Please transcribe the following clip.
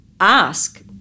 ask